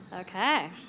Okay